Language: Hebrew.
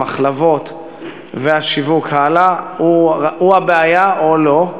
המחלבות והשיווק הלאה הוא הבעיה או לא?